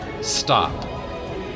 stop